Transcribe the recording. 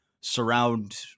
surround